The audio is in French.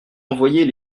envoyer